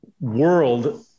world –